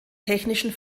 technischen